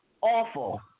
Awful